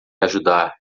ajudar